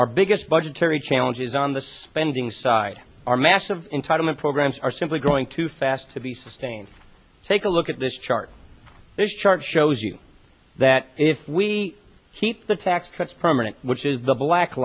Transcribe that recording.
our biggest budgetary challenges on the spending side are massive entitlement programs are simply growing too fast to be sustained take a look at this chart this chart shows you that if we keep the tax cuts permanent which is the black